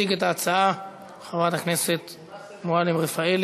תציג את ההצעה חברת הכנסת מועלם-רפאלי.